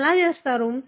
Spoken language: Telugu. మీరు ఎలా చేస్తారు